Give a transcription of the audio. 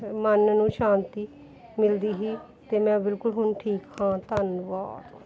ਮਨ ਨੂੰ ਸ਼ਾਂਤੀ ਮਿਲਦੀ ਸੀ ਅਤੇ ਮੈਂ ਬਿਲਕੁਲ ਹੁਣ ਠੀਕ ਹਾਂ ਧੰਨਵਾਦ